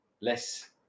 less